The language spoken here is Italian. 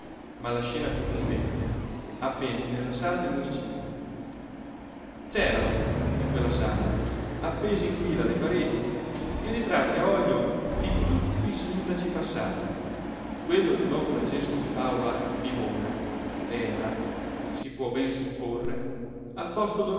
ma la scena più commovente avvenne nella sala del municipio c'erano in quella sala appesi in fila alle pareti i ritratti a olio di tutti i sindaci passati quello di don francesco di paola vivona era si può ben supporre al posto